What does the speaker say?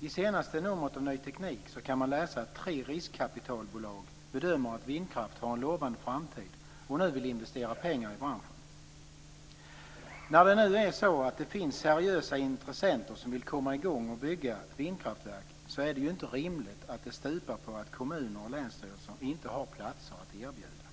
det. I senaste numret av Ny Teknik kan man läsa att tre riskkapitalbolag bedömer att vindkraft har en lovande framtid och vill nu investera pengar i branschen. När det nu finns seriösa intressenter som vill komma i gång och bygga vindkraftverk är det inte rimligt att det stupar på att kommuner och länsstyrelser inte har platser att erbjuda.